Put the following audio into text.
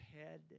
head